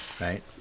Right